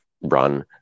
run